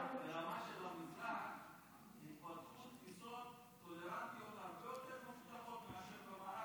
ברמה של המזרח התפתחו תפיסות טולרנטיות הרבה יותר מפותחות מאשר במערב